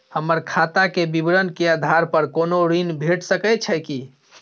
हमर खाता के विवरण के आधार प कोनो ऋण भेट सकै छै की?